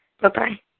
Bye-bye